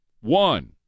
One